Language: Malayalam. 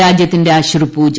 രാജ്യത്തിന്റെ അശ്രുപൂജ